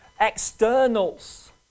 externals